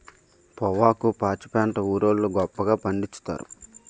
పొవ్వాకు పాచిపెంట ఊరోళ్లు గొప్పగా పండిచ్చుతారు